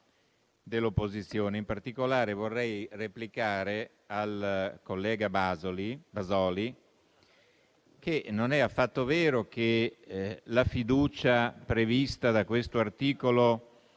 dell'opposizione. In particolare, vorrei replicare al collega Bazoli che non è affatto vero che la fiducia al Governo prevista da questo articolo